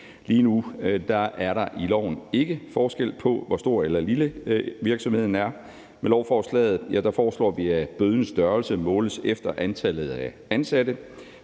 Lige nu er der i loven ikke forskel på, hvor stor eller lille virksomheden er. Med lovforslaget foreslår vi, at bødens størrelse måles efter antallet af ansatte.